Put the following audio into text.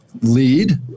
lead